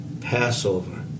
Passover